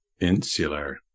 Insular